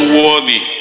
worthy